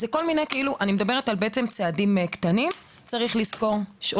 אז אני מדברת בעצם על צעדים קטנים שצריכים להיעשות.